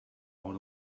out